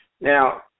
Now